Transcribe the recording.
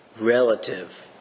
relative